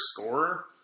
scorer